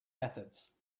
methods